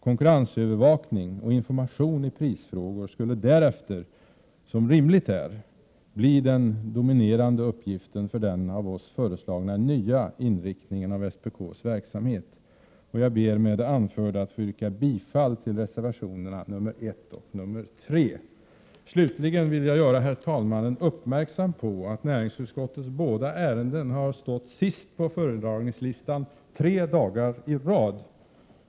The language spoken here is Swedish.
Konkurrensövervakning och information i prisfrågor skulle därefter, som rimligt är, bli den dominerande uppgiften för den av oss föreslagna nya inriktningen av SPK:s verksamhet. Jag ber med det anförda att få yrka bifall till reservationerna 1 och 3. Slutligen vill jag göra herr talmannen uppmärksam på att näringsutskottets båda ärenden har stått sist på föredragningslistan tre dagar i rad.